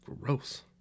gross